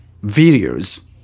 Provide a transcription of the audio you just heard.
videos